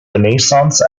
renaissance